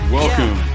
welcome